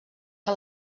que